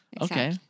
Okay